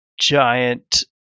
giant